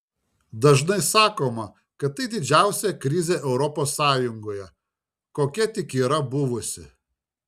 dažnai sakoma kad tai didžiausia krizė europos sąjungoje kokia tik yra buvusi